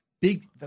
Big